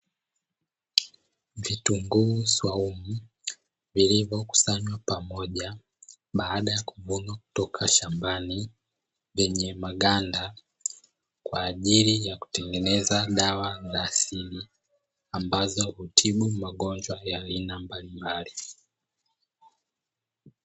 Vitunguu swaumu vilivyokusanywa pamoja baada ya kuvunwa kutoka shambani vyenye maganda, kwa ajili ya kutengeneza dawa za asili kwa ajili ya kutibu magonjwa mbalimbali.